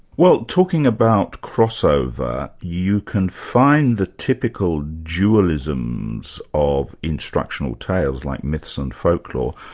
well talking about crossover, you can find the typical dualisms of instructional tales like myths and folklore,